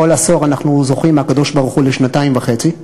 כל עשור אנחנו זוכים מהקדוש-ברוך-הוא לשנתיים וחצי,